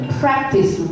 practice